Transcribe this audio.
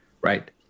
Right